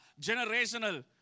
generational